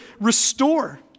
restore